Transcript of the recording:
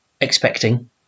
expecting